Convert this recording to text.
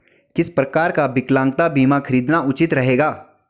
किस प्रकार का विकलांगता बीमा खरीदना उचित रहेगा?